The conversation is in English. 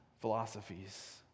philosophies